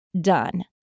done